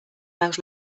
los